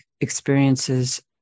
experiences